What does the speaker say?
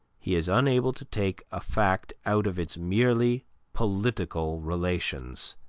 he is unable to take a fact out of its merely political relations,